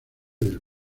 del